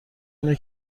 اینه